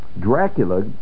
Dracula